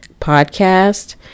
podcast